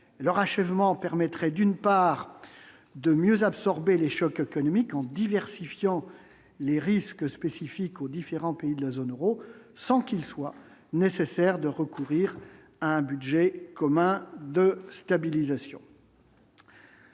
leur achèvement permettrait d'une part de mieux absorber les chocs économiques en diversifiant les risques spécifiques aux différents pays de la zone Euro, sans qu'il soit nécessaire de recourir à un budget commun de stabilisation.